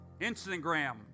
Instagram